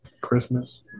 Christmas